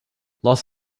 los